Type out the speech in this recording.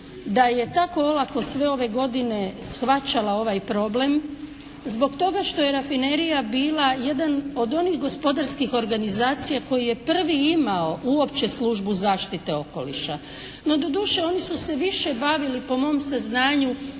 da je tako olako sve ove godine shvaćala ovaj problem zbog toga što je Rafinerija bila jedan od onih gospodarskih organizacija koji je prvi imao uopće službu zaštite okoliša. No doduše oni su se više bavili po mom saznanju